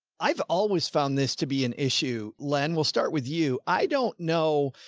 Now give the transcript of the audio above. i've always found this to be an issue. len, we'll start with you. i don't know.